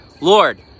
Lord